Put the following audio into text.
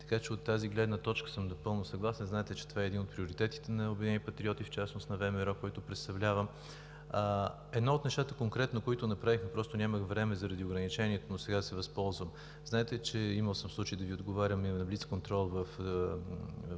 Така че от тази гледна точка съм напълно съгласен. Знаете, че това е един от приоритетите на „Обединени патриоти“ в частност на ВМРО, който представлявам. Едно от нещата, конкретно, които направих, просто нямах време заради ограничението, но сега ще се възползвам. Знаете, имал съм случаи да Ви отговарям на блицконтрол в